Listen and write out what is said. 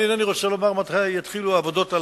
אני אינני רוצה לומר מתי יתחילו העבודות הללו.